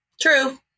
True